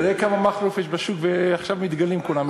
תראה כמה מכלוף יש בשוק ועכשיו מתגלים כולם.